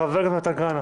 חבר הכנסת מתן כהנא,